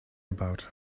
about